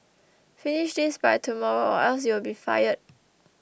finish this by tomorrow or else you'll be fired